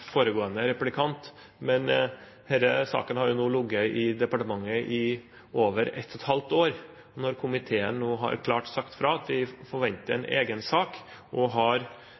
foregående replikant, men denne saken har nå ligget i departementet i over et og et halvt år. Når komiteen nå har sagt klart fra at vi forventer en egen sak og har